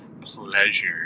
pleasure